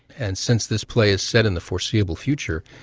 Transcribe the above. and since this play is set in the foreseeable future,